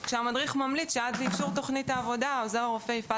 כשהמדריך ממליץ שעד לאישור תכנית העבודה עוזר הרופא יפעל